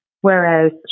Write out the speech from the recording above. Whereas